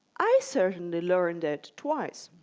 i certainly learned it twice.